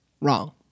wrong